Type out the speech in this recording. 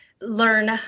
learn